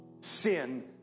Sin